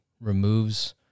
removes